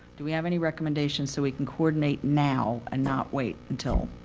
do we have any recommendations, so we can coordinate now, and not wait until